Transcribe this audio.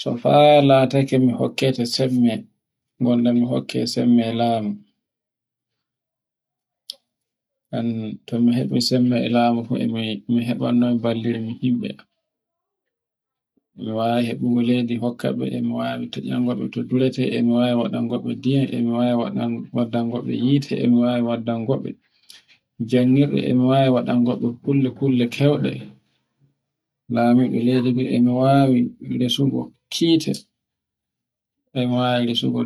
so fa lataake mi hokkeke sembe, gonda mi hokke sembe lamu. Ngam so mi hebi sambe e laamu cmi heba noy ballarmi yimbe. Mi wa hebu leydi hokka e mi wawi to mi duraate, e mi wawai dango ndiyam, e mi wawai wadan gobbe hite, e mi wawi waddin wobbe janngirde, e mi wawai wadan wobbe kulle-kulle keuɗe, lamirdo e mi wawai ndusugo kite, e mi wawi resugo